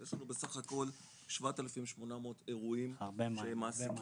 יש לנו בסך הכול 7,800 אירועים שהמעסיקים